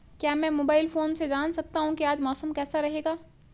क्या मैं mobile phone से जान सकता हूँ कि आज मौसम कैसा रहेगा?